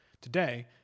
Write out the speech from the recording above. Today